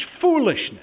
foolishness